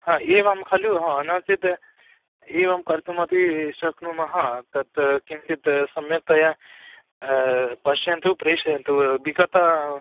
हा एवं खलु नो चेत् एवं कथमपि शक्नुमः तत् किञ्चित् सम्यक्तया पश्यन्तु प्रेषयन्तु विगते